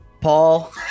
Paul